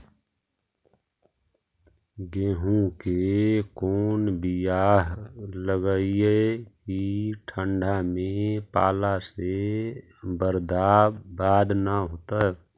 गेहूं के कोन बियाह लगइयै कि ठंडा में पाला से बरबाद न होतै?